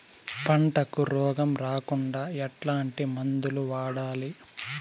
పంటకు రోగం రాకుండా ఎట్లాంటి మందులు వాడాలి?